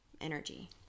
energy